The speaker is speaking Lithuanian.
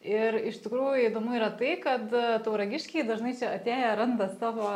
ir iš tikrųjų įdomu yra tai kad tauragiškiai dažnai čia atėję randa savo